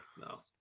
No